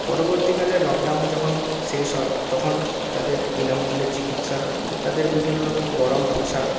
পরবর্তীকালে লকডাউন যখন শেষ হয় তখন তাদের বিনামূল্যে চিকিৎসা তাদের বিভিন্নরকম গরম পোশাক